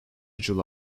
july